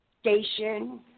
station